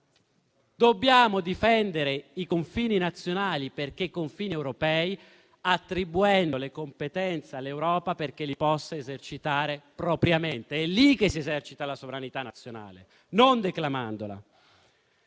Dobbiamo difendere i confini nazionali perché europei, attribuendo le competenze all'Europa perché li possa esercitare propriamente. È lì che si esercita la sovranità nazionale, non declamandola.